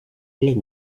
les